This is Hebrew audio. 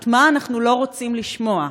את מה אנחנו לא רוצים לשמוע.